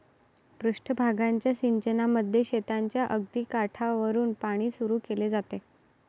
पृष्ठ भागाच्या सिंचनामध्ये शेताच्या अगदी काठावरुन पाणी सुरू केले जाते